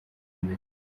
imbere